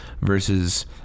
versus